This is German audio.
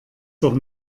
doch